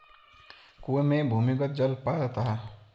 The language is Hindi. कुएं में भूमिगत जल पाया जाता है